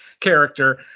character